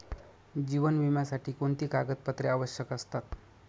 जीवन विम्यासाठी कोणती कागदपत्रे आवश्यक असतात?